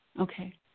Okay